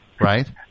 right